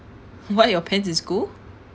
what your pants in school